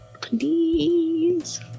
Please